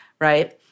right